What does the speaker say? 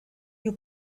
you